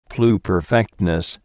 Pluperfectness